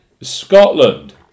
Scotland